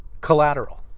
Collateral